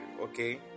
Okay